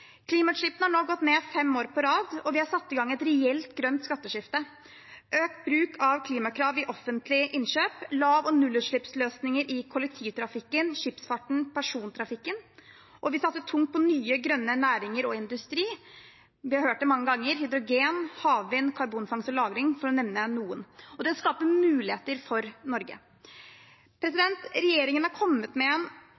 har nå gått ned fem år på rad, og vi har satt i gang et reelt grønt skatteskifte, økt bruk av klimakrav i offentlige innkjøp og lav- og nullutslippsløsninger i kollektivtrafikken, skipsfarten og persontrafikken. Vi satser tungt på nye, grønne næringer og grønn industri – vi har hørt det mange ganger – hydrogen, havvind og karbonfangst og -lagring, for å nevne noe. Det skaper muligheter for Norge.